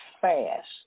fast